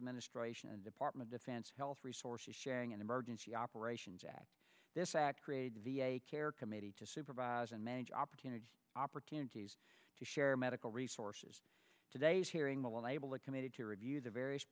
administration and department defense health resources sharing and emergency operations act this act created a v a care committee to supervise and manage opportunities opportunities to share medical resources today's hearing will enable the committed to review the various